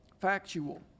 Factual